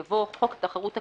יבוא "חוק התחרות הכלכלית,